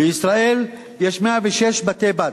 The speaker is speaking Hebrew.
בישראל יש 106 בתי-בד.